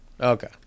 Okay